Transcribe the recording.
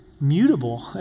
mutable